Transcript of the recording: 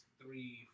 three